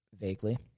vaguely